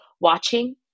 watching